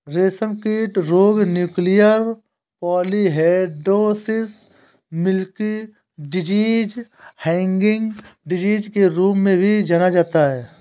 रेशमकीट रोग nuclear polyhedrosis, milky disease, hanging disease के रूप में भी जाना जाता है